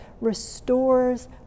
restores